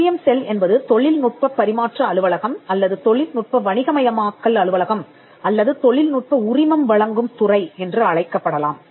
IBM cell என்பது தொழில்நுட்பப் பரிமாற்ற அலுவலகம் அல்லது தொழில்நுட்ப வணிகமயமாக்கல் அலுவலகம் அல்லது தொழில்நுட்ப உரிமம் வழங்கும் துறை என்று அழைக்கப்படலாம்